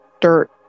dirt